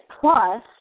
plus